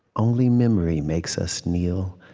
only memory makes us kneel,